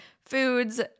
foods